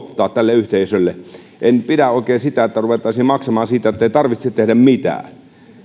yhteisölle en oikein pidä siitä että ruvettaisiin maksamaan siitä että ei tarvitse tehdä mitään